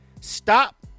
stop